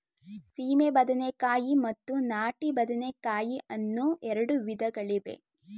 ಸೀಮೆ ಬದನೆಕಾಯಿ ಮತ್ತು ನಾಟಿ ಬದನೆಕಾಯಿ ಅನ್ನೂ ಎರಡು ವಿಧಗಳಿವೆ